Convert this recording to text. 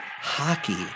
Hockey